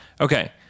Okay